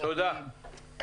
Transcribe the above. תודה.